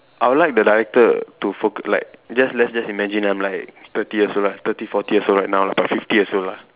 I would like the director to focu~ like just let's just imagine I'm like thirty years old lah thirty forty years old right now about fifty years old lah